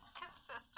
consistent